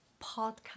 podcast